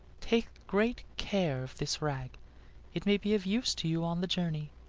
take great care of this rag it may be of use to you on the journey.